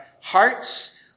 hearts